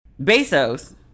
Bezos